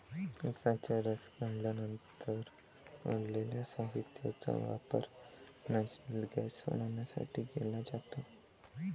उसाचा रस काढल्यानंतर उरलेल्या साहित्याचा वापर नेचुरल गैस बनवण्यासाठी केला जातो